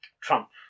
Trump